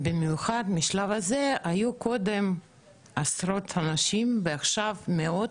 במיוחד מהשלב הזה היו קודם עשרות אנשים ועכשיו מאות,